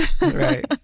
Right